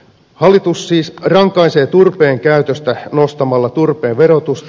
hallitus siis rankaisee turpeen käytöstä nostamalla turpeen verotusta